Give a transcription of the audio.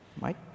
Mike